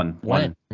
One